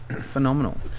Phenomenal